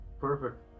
Perfect